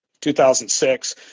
2006